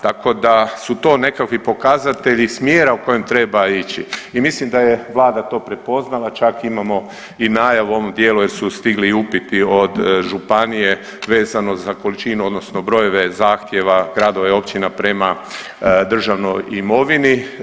Tako da su to nekakvi pokazatelji smjera u kojem treba ići i mislim da je vlada to prepoznala, čak imamo i najavu u ovom dijelu jel su stigli upiti od županije vezano za količinu odnosno brojeve zahtjeva gradova i općina prema državnoj imovini.